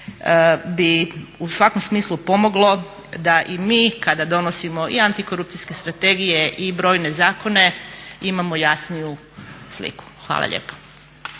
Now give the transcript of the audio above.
bi u svakom smislu pomoglo da i mi kada donosimo i antikorupcijske strategije i brojne zakone imamo jasniju sliku. Hvala lijepo.